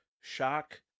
shock